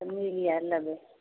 तऽ मिलि आओर लेबै